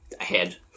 Ahead